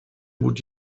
would